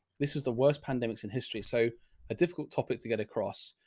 this was the worst pandemics in history. so a difficult topic to get across.